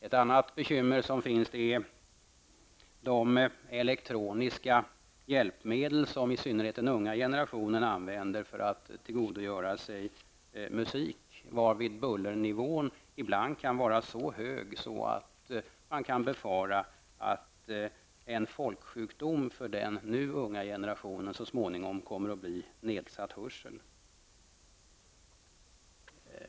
Ett annat bekymmer är de elektroniska hjälpmedel som i synnerhet den unga generationen använder för att tillgodogöra sig musik, varvid bullernivån ibland är så hög att man kan befara att en folksjukdom för den nu unga generationen så småningom kommer att bli nedsatt hörsel.